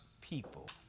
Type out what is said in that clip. people